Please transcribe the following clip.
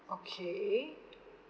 okay